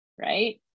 Right